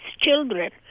children